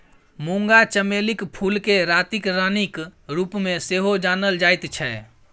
मूंगा चमेलीक फूलकेँ रातिक रानीक रूपमे सेहो जानल जाइत छै